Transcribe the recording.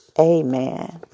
Amen